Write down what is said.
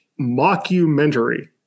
mockumentary